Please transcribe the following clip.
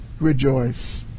Rejoice